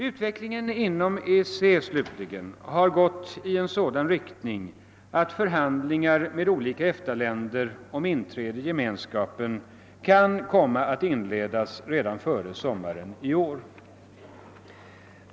Utvecklingen inom EEC, slutligen, har gått i en sådan riktning, att förhandlingar med olika EFTA-länder om inträde i Gemenskapen kan komma att inledas redan före sommaren i år.